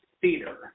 Theater